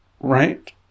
right